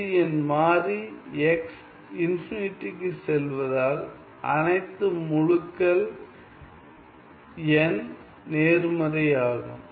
இது என் மாறி X இன்பினிடிக்குச் செல்வதால் அனைத்து முழுக்கள் N நேர்மறையாகும்